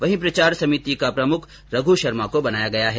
वहीं प्रचार समिति का प्रमुख रघु शर्मा को बनाया गया है